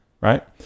Right